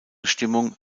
stimmung